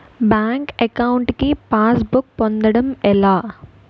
Bank account కి passbook పొందడం ఎలా?